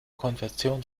konvention